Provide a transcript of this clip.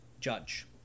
judge